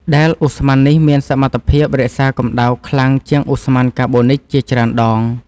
ដែលឧស្ម័ននេះមានសមត្ថភាពរក្សាកម្ដៅខ្លាំងជាងឧស្ម័នកាបូនិកជាច្រើនដង។